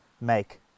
make